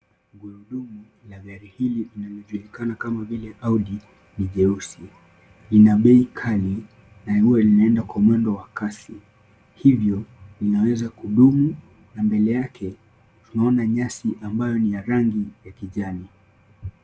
Gurudumu la gari hili linalojulikana kama vile, audi ni jeusi ni la bei ghali na huwa linaenda kwa mwendo wa kasi hivyo inaweza kudumu na mbele yake tunaona nyasi ambayo ni ya rangi ya kijani.